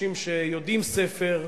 אנשים שיודעים ספר,